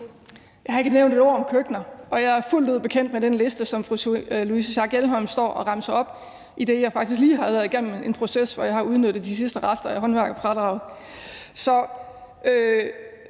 Jeg har ikke nævnt et ord om køkkener, og jeg er fuldt ud bekendt med den liste, som fru Louise Schack Elholm står og remser op, idet jeg faktisk lige har været igennem en proces, hvor jeg har udnyttet de sidste rester af håndværkerfradraget.